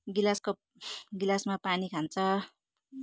गिलासको गिलासमा पानी खान्छ